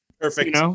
Perfect